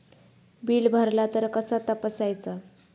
Bill भरला तर कसा तपसायचा?